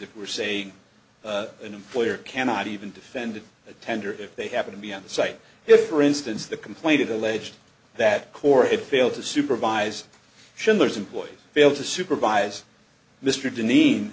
if we're saying an employer cannot even defend a tender if they happen to be on the site if for instance the complaint alleges that corps had failed to supervise schindler's employees failed to supervise mr dineen